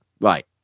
Right